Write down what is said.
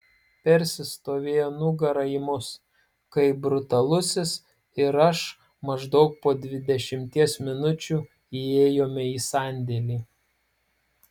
persis stovėjo nugara į mus kai brutalusis ir aš maždaug po dvidešimties minučių įėjome į sandėlį